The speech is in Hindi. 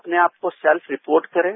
अपने आप को सेल्फ रिपोर्ट करें